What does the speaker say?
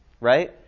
right